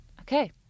okay